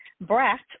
brat